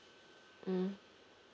mm